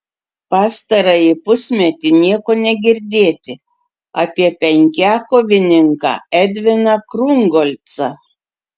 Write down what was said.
pastarąjį pusmetį nieko negirdėti apie penkiakovininką edviną krungolcą